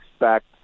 expect